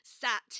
sat